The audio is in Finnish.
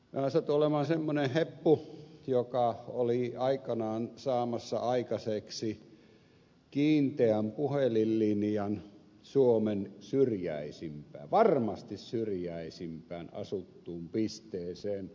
minä satun olemaan semmoinen heppu joka oli aikanaan saamassa aikaiseksi kiinteän puhelinlinjan suomen syrjäisimpään varmasti syrjäisimpään asuttuun pisteeseen